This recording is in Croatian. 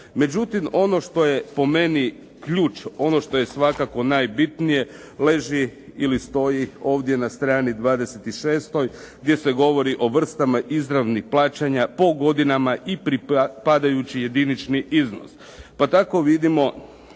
Međutim, ono što je po meni ključ, ono što je svakako najbitnije, leži ili stoji ovdje na strani 26. gdje se govori o vrstama izravnih plaćanja po godinama i pripadajući jedinični iznos. Pa tako vidimo